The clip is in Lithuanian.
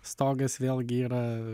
stogas vėlgi yra